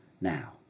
now